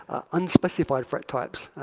unspecified threat types.